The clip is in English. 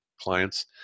clients